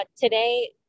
today